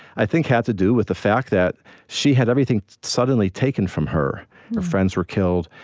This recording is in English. i think, had to do with the fact that she had everything suddenly taken from her. her friends were killed.